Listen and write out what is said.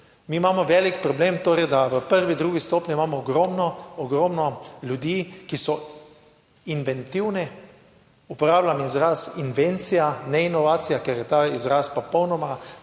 Mi imamo velik problem, torej da v prvi in drugi stopnji imamo ogromno, ogromno ljudi, ki so inventivni. Uporabljam izraz invencija, ne inovacija, ker je ta izraz popolnoma